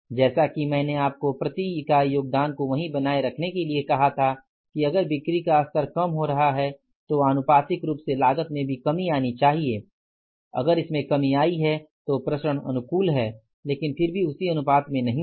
जैसा कि मैंने आपको प्रति यूनिट योगदान को वही बनाए रखने के लिए कहा था कि अगर बिक्री का स्तर कम हो रहा है तो आनुपातिक रूप से लागत में भी कमी आनी चाहिए अगर इसमें कमी आई है तो प्रसरण अनुकूल हैं लेकिन फिर भी उसी अनुपात में नहीं हैं